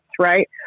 right